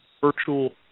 virtual